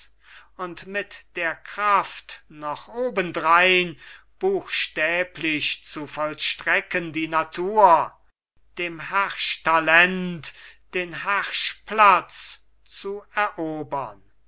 und mit der kraft noch obendrein buchstäblich zu vollstrecken die natur dem herrschtalent den herrschplatz zu erobern